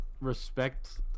respect